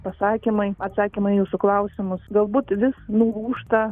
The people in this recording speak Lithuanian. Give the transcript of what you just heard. pasakymai atsakymai į jūsų klausimus galbūt vis nulūžta